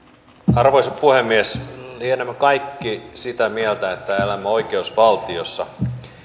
arvoisa puhemies lienemme kaikki sitä mieltä että elämme oikeusvaltiossa